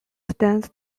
stands